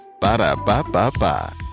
Ba-da-ba-ba-ba